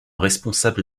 responsable